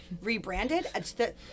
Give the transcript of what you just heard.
rebranded